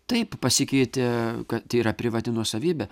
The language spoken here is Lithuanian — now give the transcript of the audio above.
taip pasikeitė kad yra privati nuosavybė